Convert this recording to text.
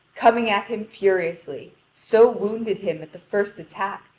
coming at him furiously, so wounded him at the first attack,